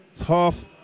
Tough